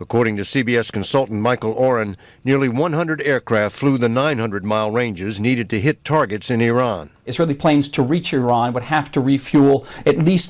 according to c b s consultant michael oren nearly one hundred aircraft flew the nine hundred mile range is needed to hit targets in iran israeli planes to reach iran but have to refuel at least